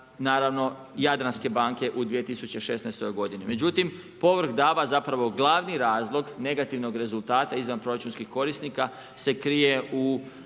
naravno Jadranske banke u 2016. godini. Međutim, povrh DAB-a zapravo glavni razlog negativnog rezultata izvanproračunski korisnika se krije